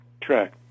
track